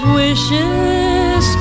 wishes